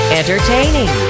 entertaining